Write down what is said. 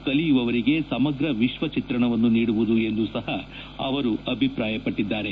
ಕಲಿಯುವವರಿಗೆ ಸಮಗ್ರ ವಿಶ್ವ ಚಿತ್ರಣವನ್ನು ನೀಡುವುದು ಎಂದು ಸಹ ಅವರು ಅಭಿಪ್ರಾಯಪಟ್ಟದ್ದಾರೆ